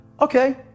Okay